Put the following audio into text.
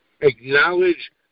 acknowledge